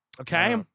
okay